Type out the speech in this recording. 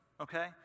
okay